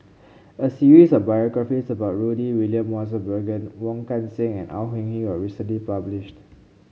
a series of biographies about Rudy William Mosbergen Wong Kan Seng and Au Hing Yee was recently published